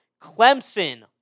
Clemson